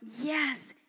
yes